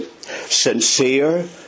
sincere